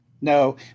No